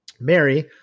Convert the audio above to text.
Mary